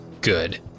good